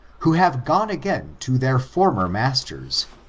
who have gone again to their former masters,